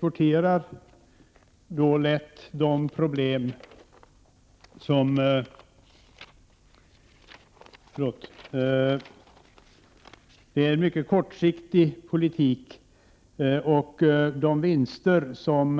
Detta är ofta en mycket kortsiktig politik, och de vinster som